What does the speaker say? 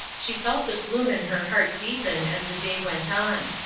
she felt the gloom in her heart deepen as the day went on.